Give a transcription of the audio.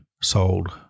sold